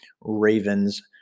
Ravens